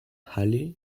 halley